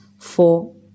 four